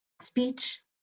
speech